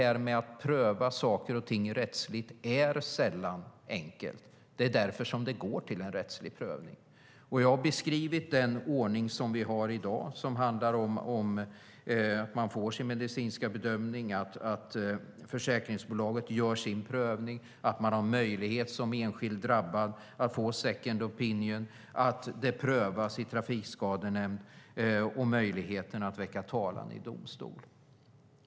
Att rättsligt pröva saker och ting är sällan enkelt. Det är därför ärendena går till rättslig prövning. Jag har beskrivit den ordning vi har i dag, att man får sin medicinska bedömning, att försäkringsbolaget gör sin prövning, att man har möjlighet att som enskild drabbad få en second opinion, att fallet prövas i trafikskadenämnd och att det finns möjlighet att väcka talan i domstol.